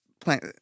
Plant